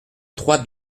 trois